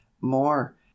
more